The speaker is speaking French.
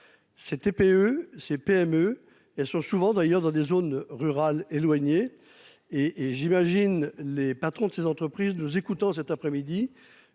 ces TPE ces PME et elles sont souvent d'ailleurs dans des zones rurales éloignées et et j'imagine les patrons de ces entreprises nous écoutant cet après-midi,